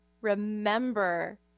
remember